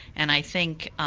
and i think